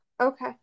okay